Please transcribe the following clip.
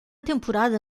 temporada